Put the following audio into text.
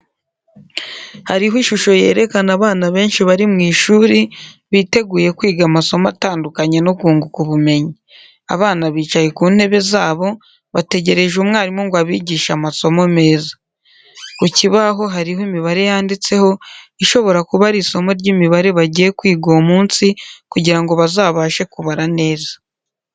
Hariho ishusho yerekana abana benshi bari mu ishuri, biteguye kwiga amasomo atandukanye no kunguka ubumenyi. Abana bicaye ku ntebe zabo, bategereje umwarimu ngo abigishe amasomo meza. Ku kibaho hariho imibare yanditseho, ishobora kuba ari isomo ry'imibare bagiye kwiga uwo munsi, kugira ngo bazabashe kubara neza.